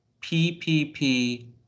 PPP